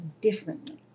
differently